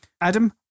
Adam